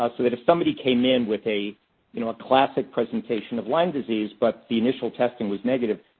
ah that if somebody came in with a, you know, a classic presentation of lyme disease, but the initial testing was negative,